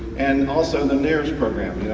and also the nears program, yeah